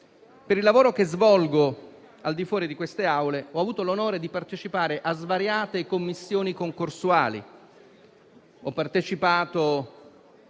Per il lavoro che svolgo al di fuori di quest'Aula, ho avuto l'onore di partecipare a svariate commissioni concorsuali: ho partecipato